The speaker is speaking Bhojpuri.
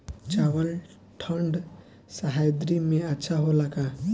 चावल ठंढ सह्याद्री में अच्छा होला का?